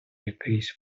якийсь